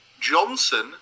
Johnson